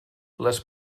les